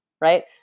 right